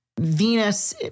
Venus